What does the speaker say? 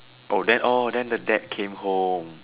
oh then oh then the dad came home